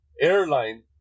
airline